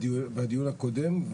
והדיון הקודם,